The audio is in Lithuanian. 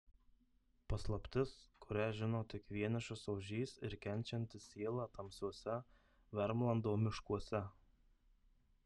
paslaptis kurią žino tik vienišas ožys ir kenčianti siela tamsiuose vermlando miškuose